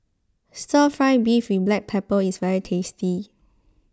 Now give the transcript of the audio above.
Stir Fry Beef with Black Pepper is very tasty